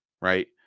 Right